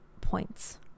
points